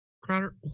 Crowder